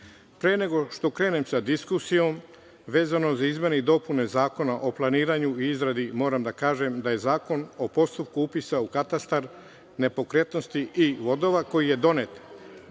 Pre nego što krenem sa diskusijom, vezano za izmene i dopune Zakona o planiranju i izradi moram da kažem da je Zakon o postupku upisa u katastar nepokretnosti i vodova koji je donet